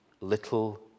little